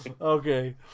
Okay